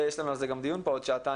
יש לנו על זה דיון פה עוד שעתיים,